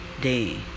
day